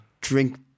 drink